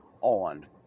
on